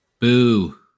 Boo